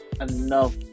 enough